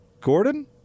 Gordon